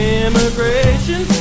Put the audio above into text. immigration